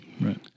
right